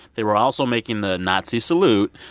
they were also making the nazi salute.